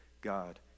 God